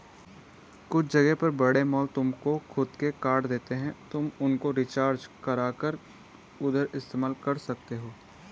कुछ जगह पर बड़े मॉल तुमको खुद के कार्ड देते हैं तुम उनको रिचार्ज करा कर उधर इस्तेमाल कर सकते हो